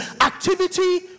activity